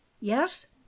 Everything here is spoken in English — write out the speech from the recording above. Yes